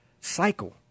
cycle